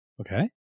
Okay